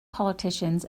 politicians